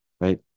right